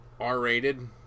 R-rated